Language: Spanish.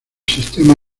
sistema